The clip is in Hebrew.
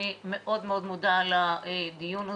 אני מאוד מאוד מודה על הדיון הזה.